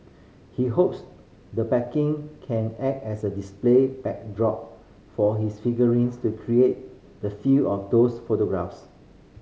he hopes the packaging can act as a display backdrop for his figurines to recreate the feel of those photographs